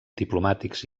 diplomàtics